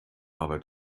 aber